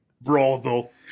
brothel